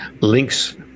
links